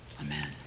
Amen